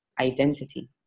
identity